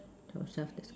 tell self that's must